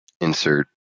insert